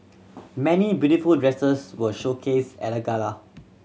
many beautiful dresses were showcased at the gala